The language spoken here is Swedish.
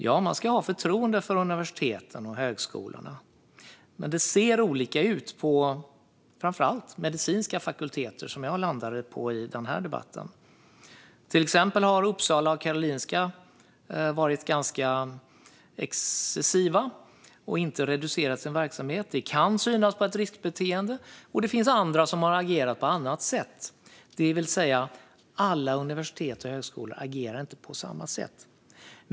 Ja, man ska ha förtroende för universiteten och högskolorna, men det ser olika ut på framför allt medicinska fakulteter, som jag har landat på i den här debatten. Till exempel har Uppsala universitet och Karolinska institutet varit excessiva och inte reducerat sin verksamhet. Det kan tyda på ett riskbeteende. Andra har agerat på annat sätt, det vill säga att alla universitet och högskolor agerar inte på samma sätt.